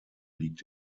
liegt